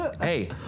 hey